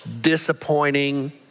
disappointing